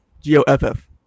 G-O-F-F